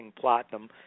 platinum